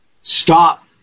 stop